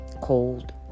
Cold